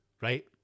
right